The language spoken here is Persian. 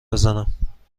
بزنم